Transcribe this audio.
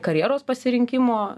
karjeros pasirinkimo